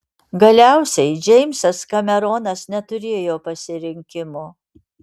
galiausiai džeimsas kameronas neturėjo pasirinkimo